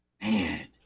Man